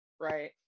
right